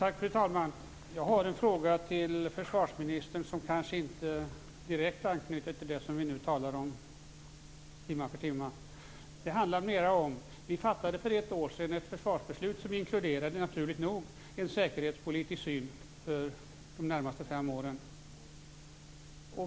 Fru talman! Jag har en fråga till försvarsministern som kanske inte direkt anknyter till det som vi nu talar om timma för timma. Vi fattade för ett år sedan ett försvarsbeslut som naturligt nog inkluderade en säkerhetspolitisk syn för de närmaste fem åren.